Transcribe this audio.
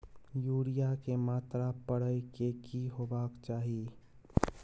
Urea के मात्रा परै के की होबाक चाही?